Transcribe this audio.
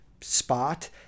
spot